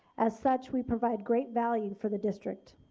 as such we provide great value for the district.